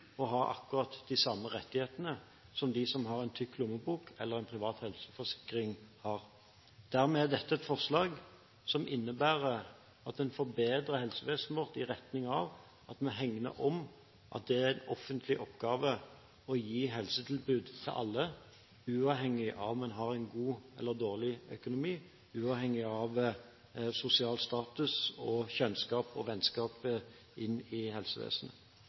å ha akkurat de samme rettighetene som de som har en tykk lommebok eller en privat helseforsikring. Dermed er dette et forslag som innebærer at vi forbedrer helsevesenet vårt i retning av at vi hegner om at det er en offentlig oppgave å gi helsetilbud til alle, uavhengig av om en har en god eller en dårlig økonomi, uavhengig av sosial status, kjennskap til og vennskap i helsevesenet.